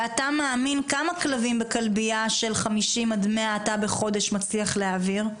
וכמה כלבים בכלבייה של 50 עד 100 אתה מאמין שאתה מצליח להעביר?